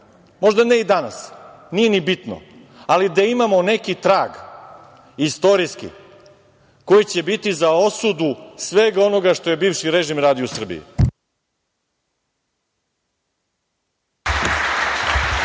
možda ne i danas, nije ni bitno, ali da imamo neki trag istorijski koji će biti za osudu svega onoga što je bivši režim radio u Srbiji.